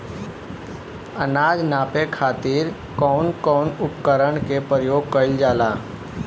अनाज नापे खातीर कउन कउन उपकरण के प्रयोग कइल जाला?